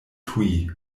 tuj